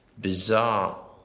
bizarre